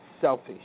selfish